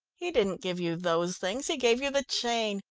he didn't give you those things, he gave you the chain.